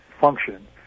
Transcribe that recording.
function